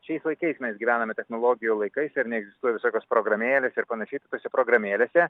šiais laikais mes gyvename technologijų laikais ar ne egzistuoja visokios programėlės ir panašiai tai tose programėlėse